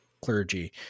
clergy